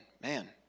man